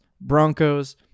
Broncos